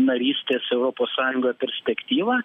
narystės europos sąjungoj perspektyvą